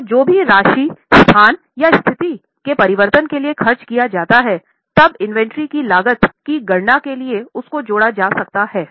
तो जो भी राशि स्थान या स्थिति के परिवर्तन के लिए खर्च किया जाती है तब इन्वेंट्री की लागत की गणना के लिए उसको जोड़ा जा सकता है